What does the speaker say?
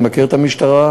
אני מכיר את המשטרה,